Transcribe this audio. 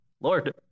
Lord